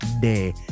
day